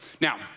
Now